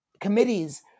committees